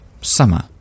summer